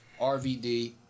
RVD